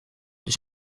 dus